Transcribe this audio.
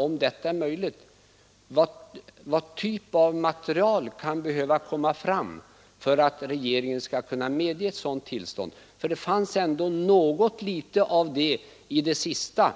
Om detta är möjligt, vilken typ av material måste komma fram för att regeringen skall medge ett sådant tillstånd? Det fanns ändå en liten antydan om detta i det sista